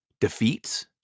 defeats